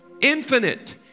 infinite